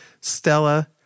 stella